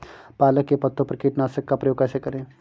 पालक के पत्तों पर कीटनाशक का प्रयोग कैसे करें?